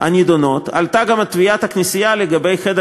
הנדונות עלתה גם תביעת הכנסייה לגבי חדר